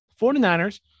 49ers